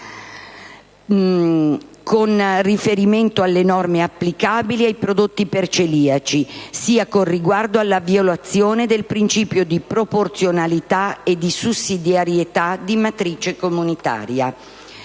con riferimento alle norme applicabili ai prodotti per celiaci, sia con riguardo alla violazione del principio di proporzionalità e di sussidiarietà di matrice comunitaria.